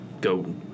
go